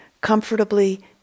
comfortably